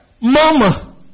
Mama